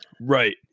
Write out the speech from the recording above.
Right